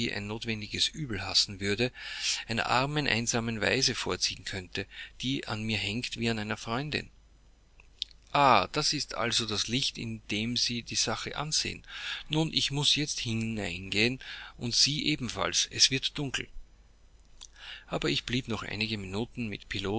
ein notwendiges übel hassen würde einer armen einsamen waise vorziehen könnte die an mir hängt wie an einer freundin ah das ist also das licht in dem sie die sache ansehen nun ich muß jetzt hineingehen und sie ebenfalls es wird dunkel aber ich blieb noch einige minuten mit